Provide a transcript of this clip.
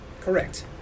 Correct